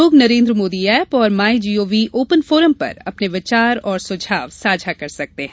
लोग नरेन्द्र मोदी ऐप और my G O V open forum पर अपने विचार और सुझाव साझा कर सकते हैं